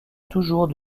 toujours